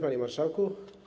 Panie Marszałku!